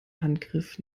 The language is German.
handgriff